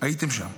הייתם שם.